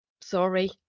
Sorry